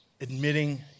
admitting